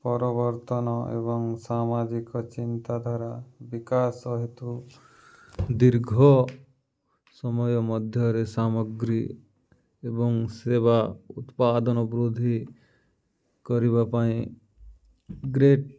ପରବର୍ତ୍ତନ ଏବଂ ସାମାଜିକ ଚିନ୍ତାଧ୍ୱାରା ବିକାଶ ହେତୁ ଦୀର୍ଘ ସମୟ ମଧ୍ୟରେ ସାମଗ୍ରୀ ଏବଂ ସେବା ଉତ୍ପାଦନ ବୃଦ୍ଧି କରିବା ପାଇଁ ଗ୍ରେଟ୍